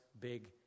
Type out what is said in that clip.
big